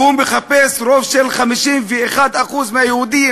כי הוא מחפש רוב של 51% מהיהודים.